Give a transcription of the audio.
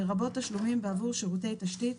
לרבות תשלומים בעבור שירותי תשתית,